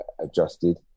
adjusted